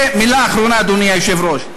ומילה אחרונה, אדוני היושב-ראש.